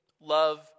love